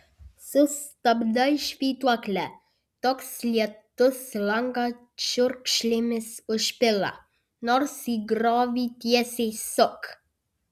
sustabdai švytuoklę toks lietus langą čiurkšlėmis užpila nors į griovį tiesiai suk